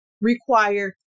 require